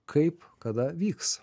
kaip kada vyks